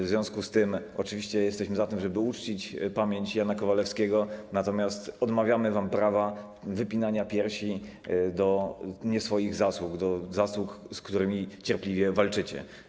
W związku z tym oczywiście jesteśmy za tym, żeby uczcić pamięć Jana Kowalewskiego, natomiast odmawiamy wam prawa wypinania piersi do nieswoich zasług, do zasług, z którymi cierpliwie walczycie.